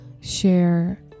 share